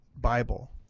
Bible